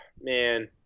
Man